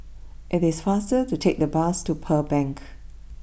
it is faster to take the bus to Pearl Bank